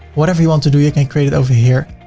whatever you want to do, you can create it over here.